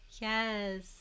yes